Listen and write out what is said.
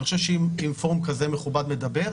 אני חושב שאם פורום כזה מכובד מדבר,